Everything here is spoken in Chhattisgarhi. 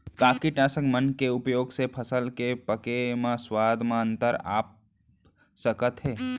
का कीटनाशक मन के उपयोग से फसल के पके म स्वाद म अंतर आप सकत हे?